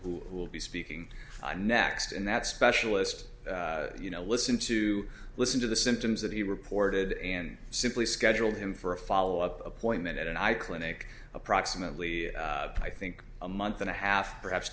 who will be speaking next in that specialist you know listen to listen to the symptoms that he reported and simply scheduled him for a follow up appointment at an eye clinic approximately i think a month and a half perhaps